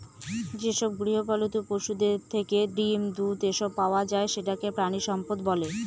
যেসব গৃহপালিত পশুদের থেকে ডিম, দুধ, এসব পাওয়া যায় সেটাকে প্রানীসম্পদ বলে